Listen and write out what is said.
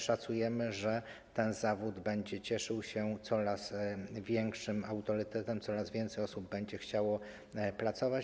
Szacujemy, że ten zawód będzie cieszył się coraz większym autorytetem, coraz więcej osób będzie chciało pracować.